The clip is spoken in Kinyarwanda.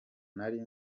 nari